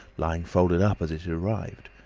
lying folded up as it arrived.